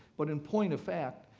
but in point of fact,